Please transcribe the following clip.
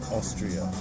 Austria